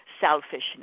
selfishness